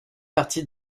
partie